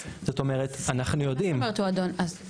זאת אומרת אנחנו יודעים אנחנו יודעים